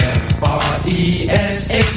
fresh